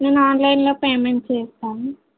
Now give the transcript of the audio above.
నేను ఆన్లైన్లో పేమెంట్ చేస్తాను